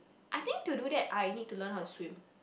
I think to do that I need to learn how to swim